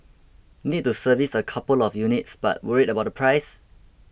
need to service a couple of units but worried about the price